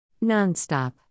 Non-stop